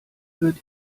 wird